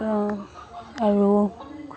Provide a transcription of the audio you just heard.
আৰু